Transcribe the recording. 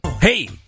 Hey